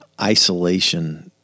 isolation